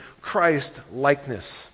Christ-likeness